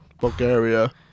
Bulgaria